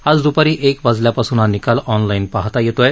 आज दुपारी एक वाजल्यापासून हा निकाल ऑनलाईन पाहता येत आहे